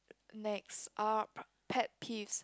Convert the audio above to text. next up pet peeves